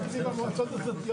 תקן כשרות,